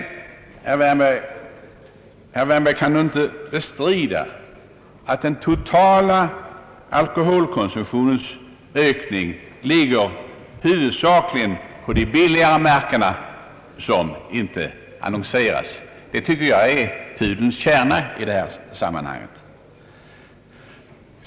Herr Wärnberg kan väl dock inte bestrida, att ökningen av den totala alkoholkonsumtionen huvudsakligen ligger på de billigare märkena, de som inte annonseras. Det tycker jag är pudelns kärna i detta sammanhang.